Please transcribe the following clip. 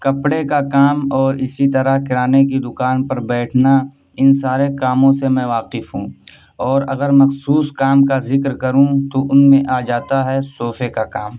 کپڑے کا کام اور اسی طرح کرانے کی دوکان پر بیٹھنا ان سارے کاموں سے میں واقف ہوں اور اگر مخصوص کام کا ذکر کروں تو ان میں آ جاتا ہے صوفے کا کام